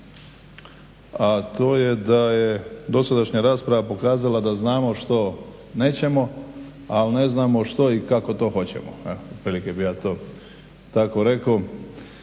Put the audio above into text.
a to je da je dosadašnja rasprava pokazala da znamo što nećemo ali ne znamo što i kako to hoćemo, evo otprilike bih ja to tako rekao